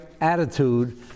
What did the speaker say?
attitude